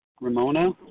Ramona